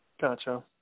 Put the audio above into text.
Gotcha